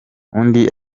undi